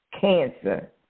cancer